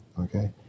Okay